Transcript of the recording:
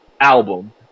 album